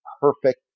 perfect